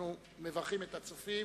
אנחנו מברכים את "הצופים",